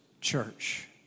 church